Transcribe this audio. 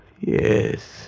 Yes